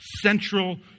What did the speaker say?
Central